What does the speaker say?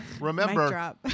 remember